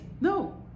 No